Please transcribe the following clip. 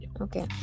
Okay